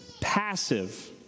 Passive